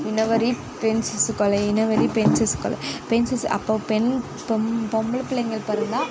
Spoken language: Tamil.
இன வெறி பெண் சிசு கொலை இன வெறி பெண் சிசு கொலை பெண் சிசு அப்போ பெண் பொம் பொம்பள பிள்ளைங்கள் பிறந்தா